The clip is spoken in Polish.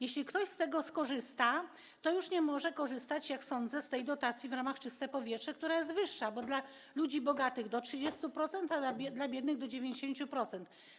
Jeśli ktoś z tego skorzysta, to już nie może korzystać, jak sądzę, z tej dotacji w ramach programu „Czyste powietrze”, która jest wyższa, bo dla ludzi bogatych jest to do 30%, a dla biednych - do 90%.